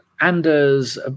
Anders